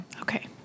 Okay